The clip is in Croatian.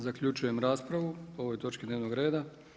Zaključujem raspravu o ovoj točki dnevnog reda.